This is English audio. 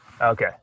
Okay